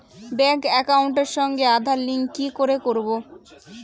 Bank একাউন্টের সঙ্গে Aadhaar link কি করে করবো?